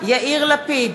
יאיר לפיד,